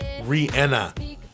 Rihanna